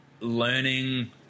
learning